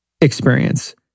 experience